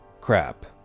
crap